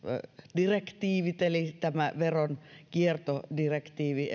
direktiivi eli euroopan unionin veronkiertodirektiivi